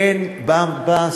אין ביוב.